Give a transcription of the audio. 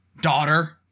daughter